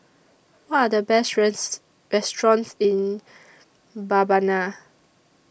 What Are The Best restaurants in Mbabana